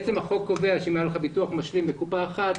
בעצם החוק קובע שאם היה לך ביטוח משלים בקופה אחת,